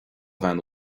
bhean